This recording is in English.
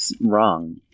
wrong